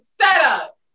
setup